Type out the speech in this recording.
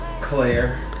Claire